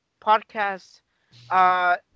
podcast